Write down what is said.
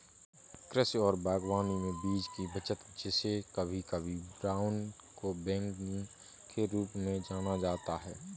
कृषि और बागवानी में बीज की बचत जिसे कभी कभी ब्राउन बैगिंग के रूप में जाना जाता है